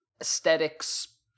aesthetics